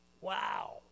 Wow